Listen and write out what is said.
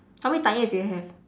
how many tyres you have